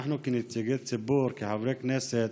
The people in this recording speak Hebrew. אנחנו כנציגי ציבור, כחברי כנסת,